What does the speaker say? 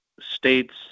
states